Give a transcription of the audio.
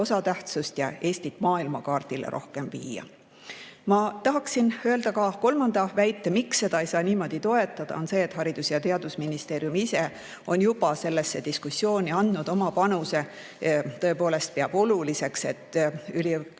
osatähtsust ja Eestit maailmakaardile rohkem viia. Ma tahan öelda ka kolmanda väite, miks seda ei saa niimoodi toetada. Haridus- ja Teadusministeerium ise on juba sellesse diskussiooni andnud oma panuse ja tõepoolest peab oluliseks, et